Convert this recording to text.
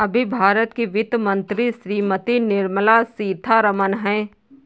अभी भारत की वित्त मंत्री श्रीमती निर्मला सीथारमन हैं